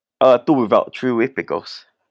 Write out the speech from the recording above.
uh two without three with pickles